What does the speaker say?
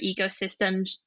ecosystems